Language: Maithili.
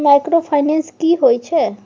माइक्रोफाइनेंस की होय छै?